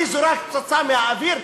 אני זורק פצצה מהאוויר,